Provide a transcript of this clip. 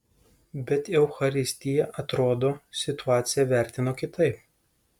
bet eucharistija atrodo situaciją vertino kitaip